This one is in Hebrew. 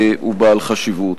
הוא בעל חשיבות.